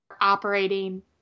operating